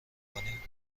کنی